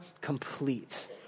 complete